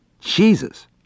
Jesus